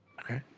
okay